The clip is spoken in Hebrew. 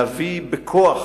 להביא בכוח